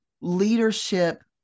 leadership